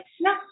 no